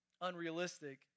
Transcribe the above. Unrealistic